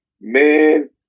man